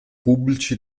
pubblici